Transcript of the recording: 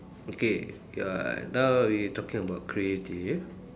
okay you are now we talking about creative